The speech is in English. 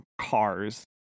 cars